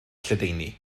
lledaenu